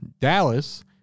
Dallas